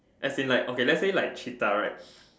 as in like okay let's say like cheetah right